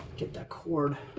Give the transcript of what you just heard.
get that cord